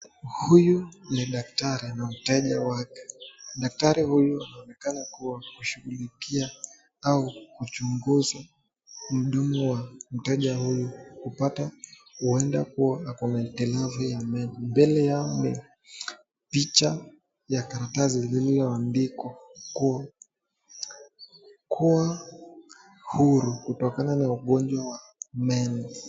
Huyu ni daktari na mteja wake. Daktari huyu anaonekana kuwa anashughulikia au kuchunguza mdomo wa mteja huyu kupata huenda kuwa akona hitilafu ya meno mbele yao ni picha ya karatasi iliyo andikwa kuwa, kuwa huru kutokana na ugonjwa wa meno.